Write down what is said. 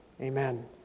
Amen